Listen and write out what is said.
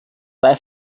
drei